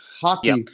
hockey